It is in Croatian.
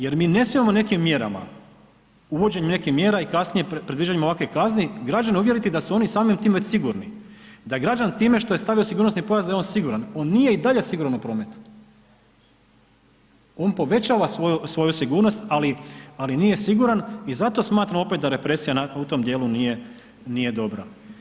Jer mi ne smijemo nekim mjerama, uvođenjem nekih mjera i kasnije predviđanjima ovakvih kazni, građane uvjeriti da su oni samim tim već sigurni, da je građan time što je stavio sigurnosni pojas da je on siguran, on nije i dalje siguran u prometu, on povećava svoju sigurnost, ali nije siguran i zato smatram opet da represija … [[Govornik se ne razumije]] u tom dijelu nije dobro.